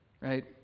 Right